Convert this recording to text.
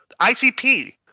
ICP